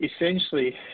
essentially